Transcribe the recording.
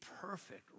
perfect